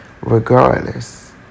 regardless